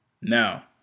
now